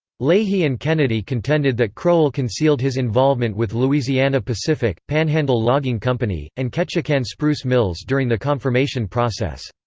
leahy and kennedy contended that crowell concealed his involvement with louisiana-pacific, panhandle logging company, and ketchikan spruce mills during the confirmation process.